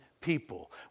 people